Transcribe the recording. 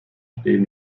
stehen